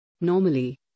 Normally